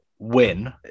Win